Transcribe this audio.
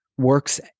Works